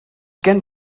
gen